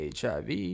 HIV